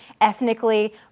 ethnically